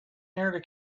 nearly